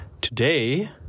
Today